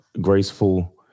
graceful